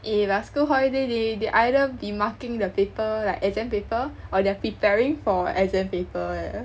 eh but school holiday they they either be marking the paper like exam paper or they are preparing for exam paper leh